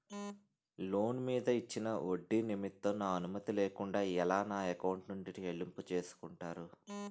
Loan మీద ఇచ్చిన ఒడ్డి నిమిత్తం నా అనుమతి లేకుండా ఎలా నా ఎకౌంట్ నుంచి చెల్లింపు చేసుకుంటారు?